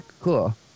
cool